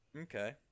Okay